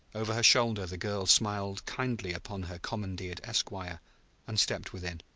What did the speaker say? over her shoulder the girl smiled kindly upon her commandeered esquire and stepped within.